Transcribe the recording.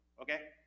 okay